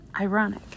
Ironic